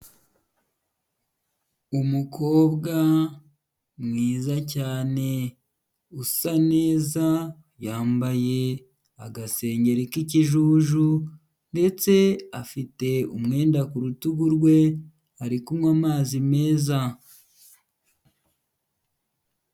Umukobwa mwiza cyane usa neza yambaye agasengeri k'ikijuju ndetse afite umwenda ku rutugu rwe ari kunywa amazi meza.